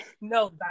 no